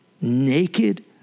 naked